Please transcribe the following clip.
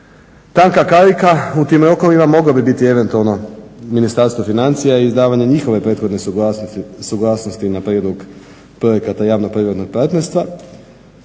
Tanka karika u tim rokovima moglo bi biti eventualno Ministarstvo financija i izdavanje njihove prethodne suglasnosti na prijedlog projekata javno-privatnog partnerstva.